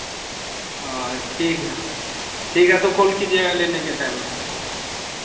हाँ ठीक है ठीक है तो कॉल कीजिएगा लेने के टाइम में